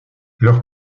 leur